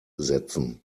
setzen